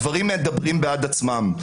הדברים מדברים בעד עצמם,